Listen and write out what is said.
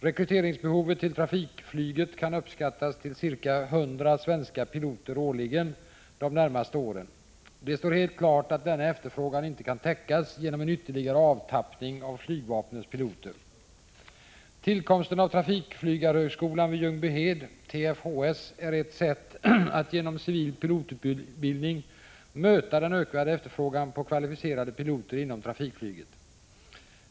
Rekryteringsbehovet till trafikflyget kan uppskattas till ca 100 svenska piloter årligen de närmaste åren. Det står helt klart att denna efterfrågan inte kan täckas genom en ytterligare avtappning av flygvapnets piloter. Tillkomsten av trafikflygarhögskolan vid Ljungbyhed, TFHS, är ett sätt att genom civil pilotutbildning möta den ökade efterfrågan på kvalificerade piloter inom trafikflyget.